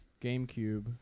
GameCube